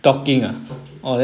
talking